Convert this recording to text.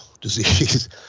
disease